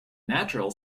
natural